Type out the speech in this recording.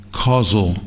causal